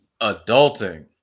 Adulting